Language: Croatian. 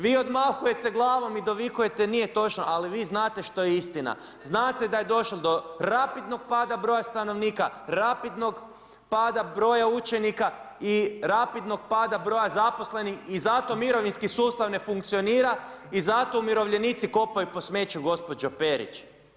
Vi odmahujete glavom i dovikujete nije točno, ali vi znate što je istina, znate da je došlo do rapidnog pada broja stanovnika, rapidnog pada broja učenika i rapidnog pada broja zaposlenih i zato mirovinski sustav ne funkcionira i zato umirovljenici kopaju po smeću gospođo Perić.